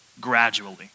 gradually